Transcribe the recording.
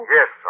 Yes